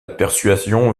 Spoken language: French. persuasion